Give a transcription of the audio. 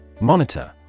Monitor